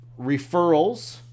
referrals